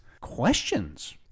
questions